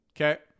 okay